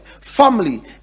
family